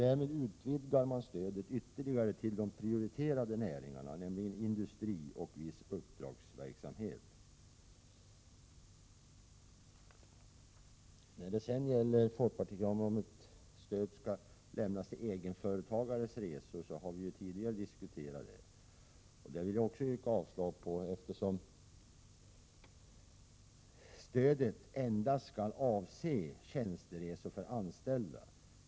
Därmed utvidgas stödet ytterligare till de prioriterade näringarna, nämligen industri och viss uppdragsverksamhet. Folkpartikravet om att stöd skall lämnas till egenföretagares resor har diskuterats tidigare. Jag vill yrka avslag på detta krav, eftersom stödet endast skall avse tjänsteresor för anställda.